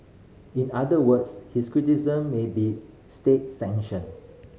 in other words his criticism may be state sanctioned